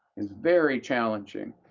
it's very challenging,